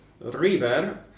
River